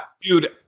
Dude